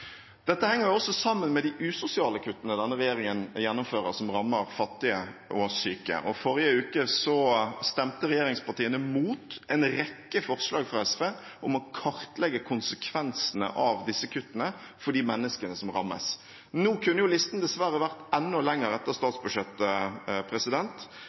Dette henger også sammen med de usosiale kuttene denne regjeringen gjennomfører, som rammer fattige og syke. Forrige uke stemte regjeringspartiene mot en rekke forslag fra SV om å kartlegge konsekvensene av disse kuttene for de menneskene som rammes. Nå, etter statsbudsjettet, kunne listen dessverre vært enda